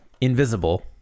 invisible